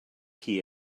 qui